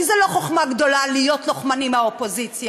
כי זאת לא חוכמה גדולה להיות לוחמני מהאופוזיציה.